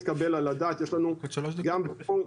פ/1492/24.